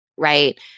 Right